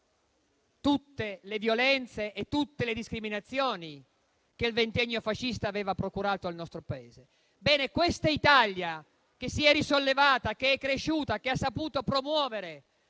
tutte le violenze e tutte le discriminazioni che il ventennio fascista aveva procurato. Bene, questa Italia che si è risollevata, che è cresciuta e ha saputo promuovere